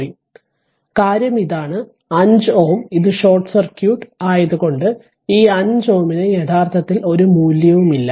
ഒന്നുമില്ല കാര്യം ഇതാണ് 5 Ω ഇത് ഷോർട്ട് സർക്യൂട്ട് ആയത് കൊണ്ട് ഈ 5 ohm ന് യഥാർത്ഥത്തിൽ ഒരു മൂല്യവുമില്ല